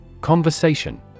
Conversation